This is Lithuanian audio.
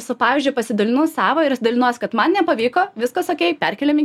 su pavyzdžiu pasidalinu savo ir dalinuos kad man nepavyko viskas okei perkeliam į